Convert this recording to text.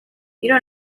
you